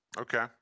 Okay